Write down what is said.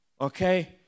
Okay